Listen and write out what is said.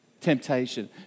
Temptation